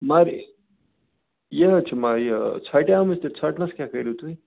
مگر یہِ حظ چھِ یہِ ژھوٚٹیمٕژ تہِ ژھوٚٹنٛس کیاہ کٔرِو تُہۍ